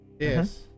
Yes